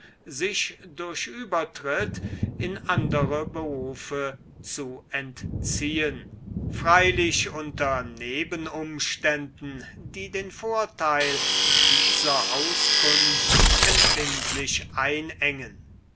sich durch übertritt in andere berufe zu entziehen freilich unter nebenumständen die den vorteil dieser auskunft empfindlich einengen